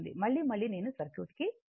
మళ్లీ మళ్లీ నేను సర్క్యూట్కు రాను